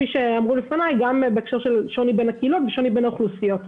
גם בגלל השוני בין הקהילות ובין האוכלוסיות.